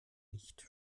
nicht